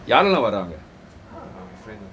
யாரெல்லாம் வாறாங்க:yaarellam waranga